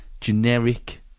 Generic